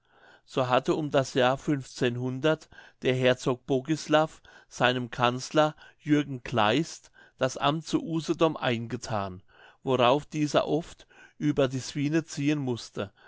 so hatte um das jahr der herzog bogislav seinem kanzler jürgen kleist das amt zu usedom eingethan worauf dieser oft über die swine ziehen mußte